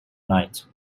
night